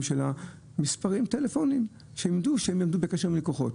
שלה מספרי טלפון כדי שיעמדו בקשר עם לקוחות.